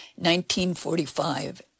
1945